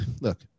look